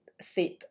sit